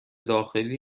داخلی